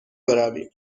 برویم